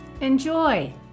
Enjoy